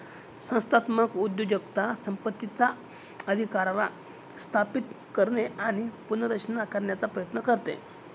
संस्थात्मक उद्योजकता संपत्तीचा अधिकाराला स्थापित करणे आणि पुनर्रचना करण्याचा प्रयत्न करते